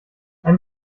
ein